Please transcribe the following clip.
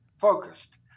focused